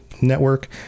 Network